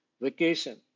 vacation